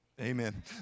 Amen